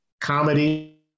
comedy